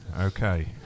Okay